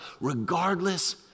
regardless